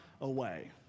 away